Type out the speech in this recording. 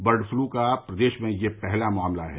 bird flu का प्रदेश में यह पहला मामला है